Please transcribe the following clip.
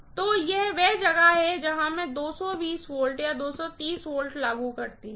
तो यह वह जगह है जहां मैं 220 V या 230 V लागू करती हूँ